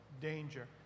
danger